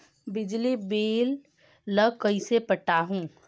बिजली बिल ल कइसे पटाहूं?